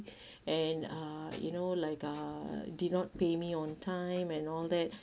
and uh you know like uh did not pay me on time and all that